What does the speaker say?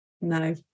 No